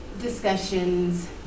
discussions